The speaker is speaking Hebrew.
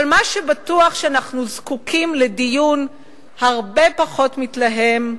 אבל מה שבטוח, שאנחנו זקוקים לדיון פחות מתלהם,